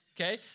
okay